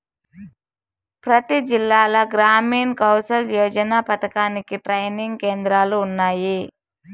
ప్రతి జిల్లాలో గ్రామీణ్ కౌసల్ యోజన పథకానికి ట్రైనింగ్ కేంద్రాలు ఉన్నాయి